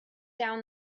down